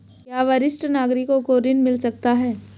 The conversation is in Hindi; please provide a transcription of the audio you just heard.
क्या वरिष्ठ नागरिकों को ऋण मिल सकता है?